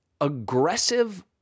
aggressive